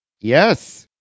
Yes